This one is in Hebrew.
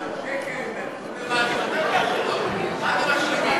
אבל שקל הם נתנו, מה זה "משלימים"?